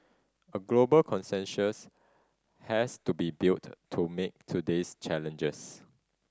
a global consensus has to be built to meet today's challenges